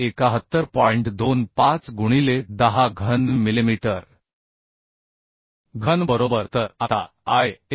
25 गुणिले 10 घन मिलिमीटर तर आता Is